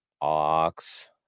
Ox